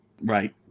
Right